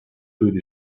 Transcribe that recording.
food